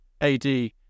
AD